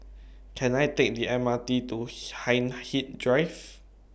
Can I Take The M R T to Hindhede Drive